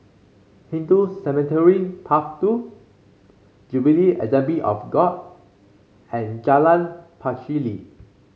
Hindu Cemetery Path Two Jubilee Assembly of God and Jalan Pacheli